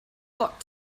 got